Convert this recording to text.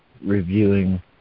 reviewing